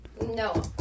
No